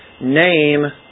name